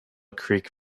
creek